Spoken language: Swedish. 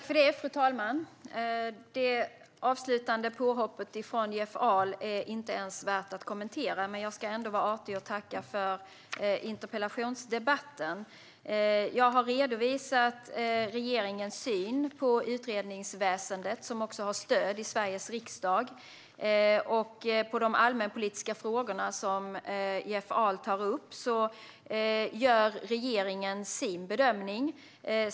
Fru talman! Jeff Ahls avslutande påhopp är inte ens värt att kommentera, men jag ska ändå vara artig och tacka för interpellationsdebatten. Jag har redovisat regeringens syn på utredningsväsendet, som även har stöd i Sveriges riksdag. På de allmänpolitiska frågor som Jeff Ahl tar upp gör regeringen en egen bedömning.